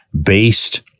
based